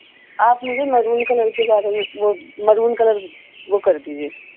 آپ مجھے maroon colour کے بارے میں وہ مرون کلر وہ کر دیجیے